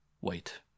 Wait